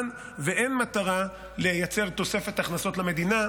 ואין מטרה לייצר תוספת הכנסות למדינה.